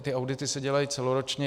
Ty audity se dělají celoročně.